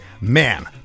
man